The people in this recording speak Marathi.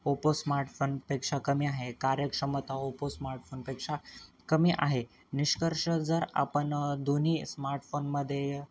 ओपो स्मार्टफोनपेक्षा कमी आहे कार्यक्षमता ओपो स्मार्टफोनपेक्षा कमी आहे निष्कर्ष जर आपण दोन्ही स्मार्टफोनमध्ये